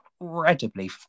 incredibly